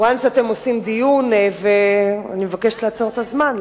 אתם עושים דיון ואני מבקשת לעצור את הזמן,